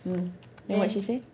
mm then what she say